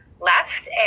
left